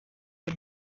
the